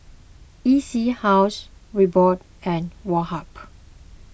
E C House Reebok and Woh Hup